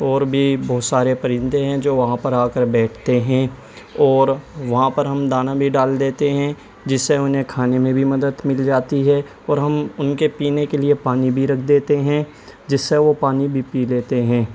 اور بھی بہت سارے پرندے ہیں جو وہاں پر آ کر بیٹھتے ہیں اور وہاں پر ہم دانہ بھی ڈال دیتے ہیں جس سے انہیں کھانے میں بھی مدد مل جاتی ہے اور ہم ان کے پینے کے لیے پانی بھی رکھ دیتے ہیں جس سے وہ پانی بھی پی لیتے ہیں